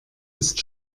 ist